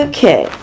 Okay